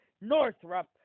Northrop